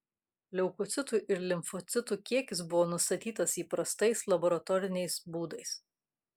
leukocitų ir limfocitų kiekis buvo nustatytas įprastais laboratoriniais būdais